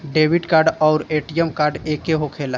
Debit card आउर ATM card एके होखेला?